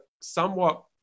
somewhat